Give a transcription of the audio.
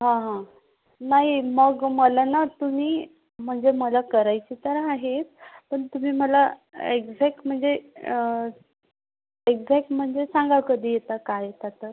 हा हा नाही मग मला ना तुम्ही म्हणजे मला करायचं तर आहे पण तुम्ही मला एक्झॅक्ट म्हणजे एक्झॅक्ट म्हणजे सांगा कधी येता काय येता तर